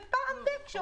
אבל פעם בכמה זמן,